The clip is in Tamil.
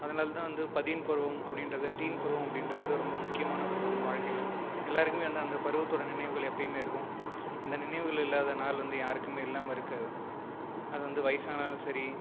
அதனால் தான் வந்து பதின் பருவம் அப்படின்றது டீன் பருவம் அப்படின்றது வந்து ரொம்ப முக்கியமான பருவம் வாழ்க்கையில் எல்லாருக்குமே வந்து அந்த பருவத்தோடய நினைவுகள் எப்போயுமே இருக்கும் அந்த நினைவுகள் இல்லாத நாள் யாருக்குமே இல்லாமல் இருக்காது அது வந்து வயதானாலும் சரி